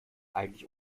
eigentlich